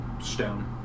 stone